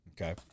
Okay